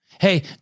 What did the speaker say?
Hey